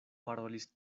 parolis